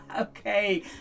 Okay